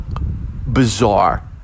bizarre